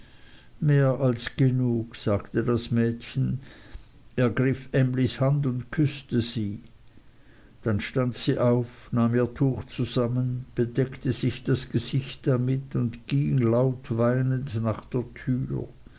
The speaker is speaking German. mehr als genug sagte das mädchen ergriff emlys hand und küßte sie dann stand sie auf nahm ihr tuch zusammen bedeckte sich das gesicht damit und ging laut weinend nach der türe